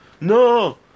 No